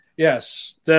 Yes